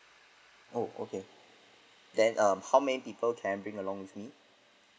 oh okay then um how many people can I bring along with me